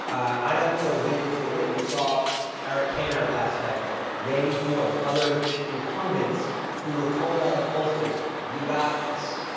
i don't put a win into a win. you saw eric cantor last cycle, randy forbes, other incumbents who were told by their pollsters, you got this.